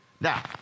Now